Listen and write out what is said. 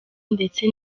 ndetse